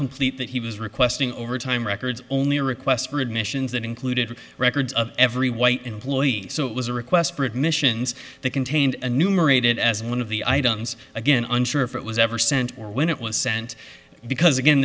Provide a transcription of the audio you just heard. complete that he was requesting overtime records only requests for admissions that included records of every white employee so it was a request for admissions that contained a numerated as one of the items again unsure if it was ever sent or when it was sent because again